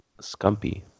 Scumpy